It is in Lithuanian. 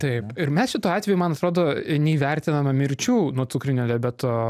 taip ir mes šituo atveju man atrodo neįvertiname mirčių nuo cukrinio diabeto